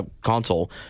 console